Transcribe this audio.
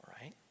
right